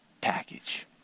package